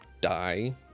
die